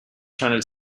channel